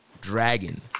Dragon